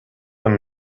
and